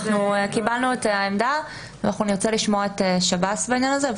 קיבלנו את העמדה ונרצה לשמוע את שב"ס בעניין הזה.